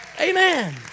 Amen